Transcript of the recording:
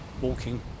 walking